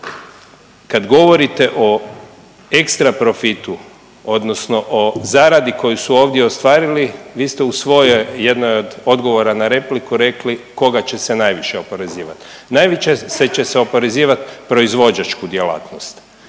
kad govorite o ekstra profitu, odnosno o zaradi koju su ovdje ostvarili vi ste u svojoj jednoj od odgovora na repliku rekli koga će se najviše oporezivati. Najviše će se oporezivati proizvođačku djelatnost.